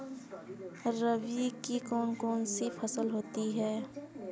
रबी की कौन कौन सी फसलें होती हैं?